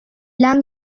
lang